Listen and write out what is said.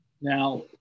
Now